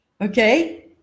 Okay